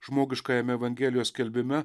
žmogiškajame evangelijos skelbime